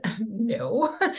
No